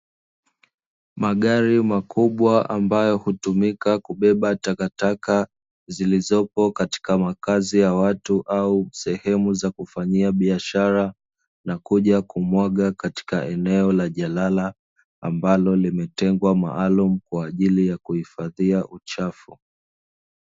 Magari makubwa ambayo hutumika kubeba takataka zilizopo katika makazi ya watu au sehemu za kufanyia biashara, na kuja kumwaga katika eneo la jalala ambalo limetengwa maalumu kwa ajili ya kuhifadhia uchafu.